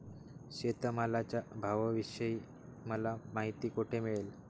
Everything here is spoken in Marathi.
शेतमालाच्या भावाविषयी मला माहिती कोठे मिळेल?